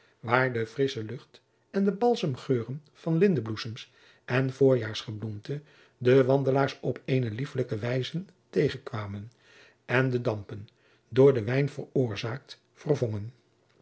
waar de frissche lucht en de balsemgeuren van lindebloesems en voorjaars gebloemte de wandelaars op eene lieflijke wijze tegen kwamen en de dampen door den wijn veroorzaakt vervongen